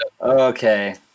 Okay